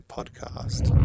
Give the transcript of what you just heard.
Podcast